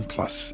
Plus